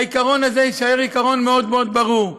העיקרון הזה יישאר עיקרון מאוד מאוד ברור: